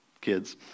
kids